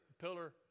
pillar